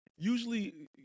Usually